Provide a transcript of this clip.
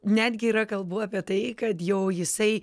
netgi yra kalbų apie tai kad jau jisai